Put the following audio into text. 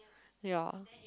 ya